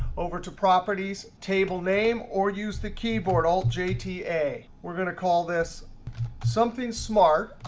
over to properties, table name, or use the keyboard, alt j, t, a. we're going to call this something smart,